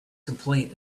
complaint